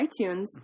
iTunes